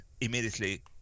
immediately